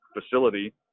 facility